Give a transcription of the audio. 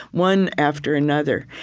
one after another.